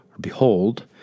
behold